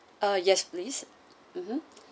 uh yes please mmhmm